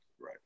Right